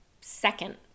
second